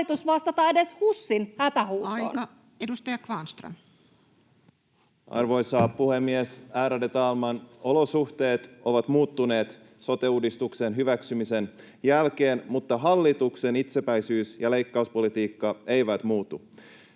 pelastamisesta Time: 16:46 Content: Arvoisa puhemies, ärade talman! Olosuhteet ovat muuttuneet sote-uudistuksen hyväksymisen jälkeen, mutta hallituksen itsepäisyys ja leikkauspolitiikka eivät muutu.